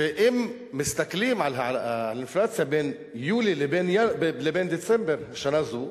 ואם מסתכלים על האינפלציה בין יולי לדצמבר שנה זו,